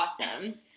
awesome